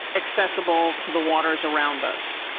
accessible to the waters around us.